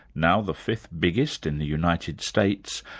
now the fifth biggest in the united states,